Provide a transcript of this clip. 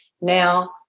Now